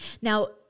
Now